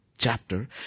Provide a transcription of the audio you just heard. chapter